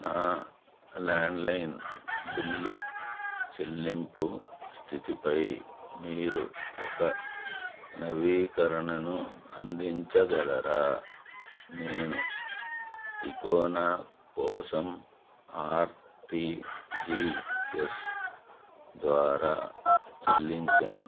నా landline bill చెల్లింపు స్థితిపై మీరు ఒక నవీకరణను అందించగలరా నేను తికోనా కోసం ఆర్టీజీఎస్ ద్వారా చెల్లించాను